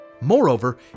Moreover